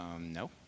No